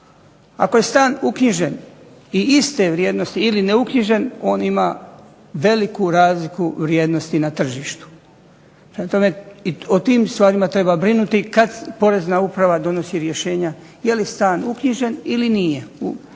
Ako je stan uknjižen i iste vrijednosti ili neuknjižen on ima veliku razliku vrijednosti na tržištu. Prema tome, o tim stvarima treba brinuti kada Porezna uprava donosi rješenja jeli stan uknjižen ili nije. Jer na